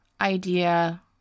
idea